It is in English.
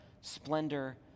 splendor